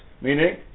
Meaning